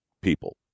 people